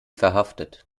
verhaftet